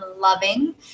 loving